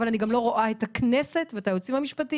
אבל אני גם לא רואה את הכנסת ואת היועצים המשפטים.